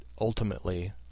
ultimately